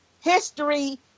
History